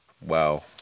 Wow